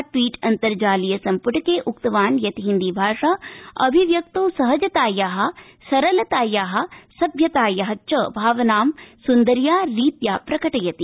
tweet अन्तर्जालसम्प्टके उक्तवान् यत् हिन्दीभाषा अभिव्यक्तौ सहजताया सरलताया सभ्यताया च भावनां सुन्दर्या रीत्या प्रकटयति